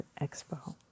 expo